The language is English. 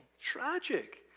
Tragic